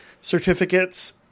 certificates